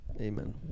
Amen